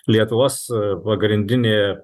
lietuvos pogrindinė